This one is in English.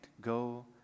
go